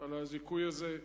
על הזיכוי הזה,